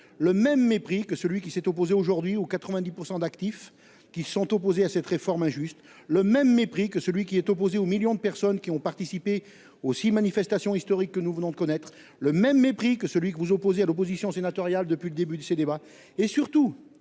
le même mépris que celui qui a été opposé aujourd'hui aux 90 % d'actifs qui sont opposés à cette réforme injuste, le même mépris que celui qui est opposé aux millions de personnes qui ont participé aux six manifestations historiques que nous venons de connaître, le même mépris que celui que vous opposez à l'opposition sénatoriale depuis le début de ces débats.